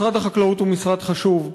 משרד החקלאות הוא משרד חשוב,